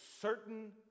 certain